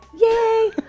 yay